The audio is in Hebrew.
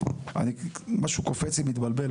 משהו קופץ לי מתבלבל,